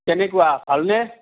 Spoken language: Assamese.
কেনেকুৱা ভালনে